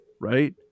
Right